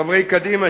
חברי קדימה,